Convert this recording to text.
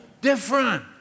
different